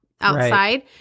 outside